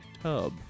tub